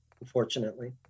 unfortunately